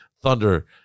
thunder